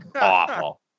awful